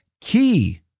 key